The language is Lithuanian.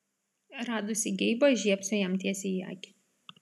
radusi geibą žiebsiu jam tiesiai į akį